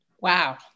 Wow